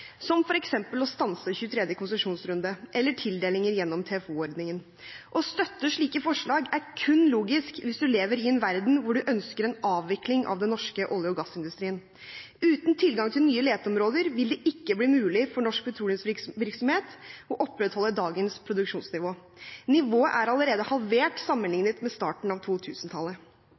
som f.eks. stansing av 23. konsesjonsrunde eller tildelinger gjennom TFO-ordningen. Å støtte slike forslag er kun logisk hvis du lever i en verden hvor du ønsker en avvikling av den norske olje- og gassindustrien. Uten tilgang til nye leteområder vil det ikke bli mulig for norsk petroleumsvirksomhet å opprettholde dagens produksjonsnivå. Nivået er allerede halvert sammenlignet med det det var ved starten av